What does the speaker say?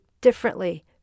differently